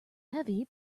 heavy